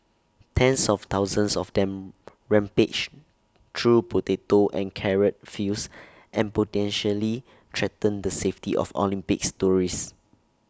tens of thousands of them rampage through potato and carrot fields and potentially threaten the safety of Olympics tourists